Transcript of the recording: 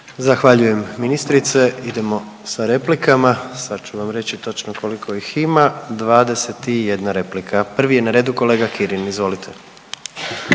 Zahvaljujem ministrice. Idemo sa replikama, sad ću vam reći točno koliko ih ima, 21 replika. Prvi je na redu kolega Kirin, izvolite.